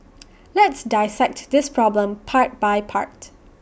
let's dissect this problem part by part